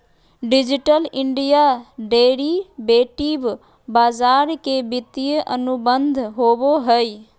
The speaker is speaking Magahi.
डिजिटल इंडिया डेरीवेटिव बाजार के वित्तीय अनुबंध होबो हइ